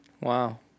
Wow